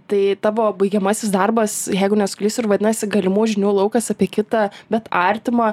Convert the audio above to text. tai tavo baigiamasis darbas jeigu nesuklysiu ir vadinasi galimų žinių laukas apie kitą bet artimą